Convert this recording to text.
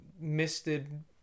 misted